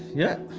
yeah